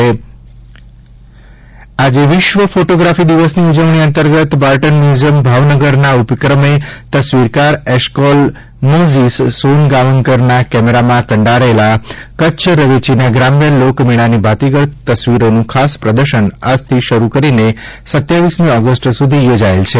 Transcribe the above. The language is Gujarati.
વર્લ્ડ ફોટોગ્રાફી ડે મોઝીસની તસ્વીરો આજે વિશ્વ ફોટોગ્રાફી દિનની ઉજવણી અંતર્ગત બાર્ટન મ્યુઝિયમ ભાવનગરના ઉપક્રમે તસ્વીરકાર એશ્કોલ મોઝીસ સોનગાંવકરના કેમેરેમાં કંડારાયેલા કચ્છ રવેચીના ગ્રામ્ય લોકમેળાની ભાતીગળ તસવીરોનું ખાસ પ્રદર્શન આજથી શરૂ કરી સત્યાવીસમી ઓગસ્ટ સુધી યોજાયેલ છે